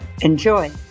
Enjoy